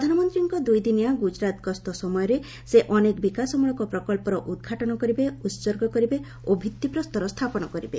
ପ୍ରଧାନମନ୍ତ୍ରୀଙ୍କ ଦୁଇଦିନିଆ ଗୁଜରାତ ଗସ୍ତ ସମୟରେ ସେ ଅନେକ ବିକାଶ ମିଳକ ପ୍ରକଚ୍ଚର ଉଦ୍ଘାଟନ କରିବେ ଉତ୍ଗର୍ଗ କରିବେ ଓ ଭିତ୍ତିପ୍ରସ୍ତର ସ୍ଥାପନ କରିବେ